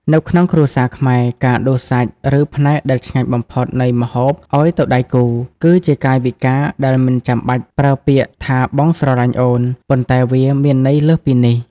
នៅក្នុងគ្រួសារខ្មែរ ការដួសសាច់ ឬផ្នែកដែលឆ្ងាញ់បំផុតនៃម្ហូបឱ្យទៅដៃគូ គឺជាកាយវិការដែលមិនចាំបាច់ប្រើពាក្យថា «បងស្រឡាញ់អូន» ប៉ុន្តែវាមានន័យលើសពីនេះ។